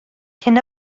cyn